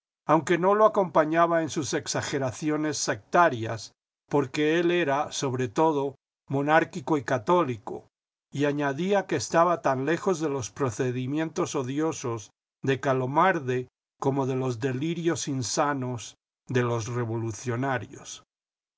aunque no lo acompañaba en sus exageraciones sectarias porque él era sobre todo monárquico y católico y añadía que estaba tan lejos de los procedimientos odiosos de calomarde como de los delirios insanos de los revolucionarios